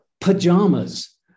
pajamas